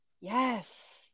yes